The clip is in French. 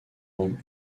langue